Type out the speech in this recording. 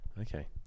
Okay